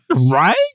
Right